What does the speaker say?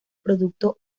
producto